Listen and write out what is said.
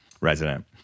resident